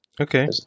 Okay